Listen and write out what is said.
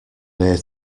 near